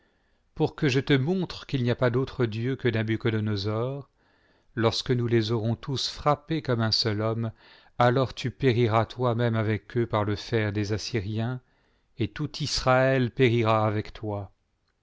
pour que je te montre qu'il n'y a pas d'autre dieu que la buenos lorsque nous les aurons tous frappés comme un seul homme alors tu périras toi-même avec eux par le fer des assyi'iens et tout israël périra avec toi